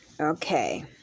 Okay